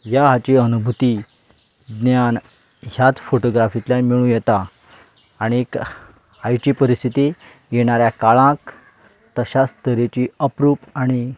ह्या हाची अनुभुती ज्ञान ह्यात फोटोग्राफीतल्यान मेळूं येता आनीक आयची परिस्थिती येणाऱ्या काळाक तश्यास तरेची अप्रूप आनी